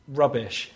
rubbish